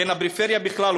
בין הפריפריה בכלל,